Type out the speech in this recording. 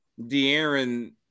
De'Aaron